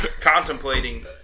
contemplating